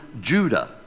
Judah